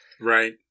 Right